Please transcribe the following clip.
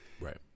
Right